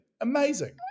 Amazing